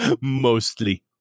mostly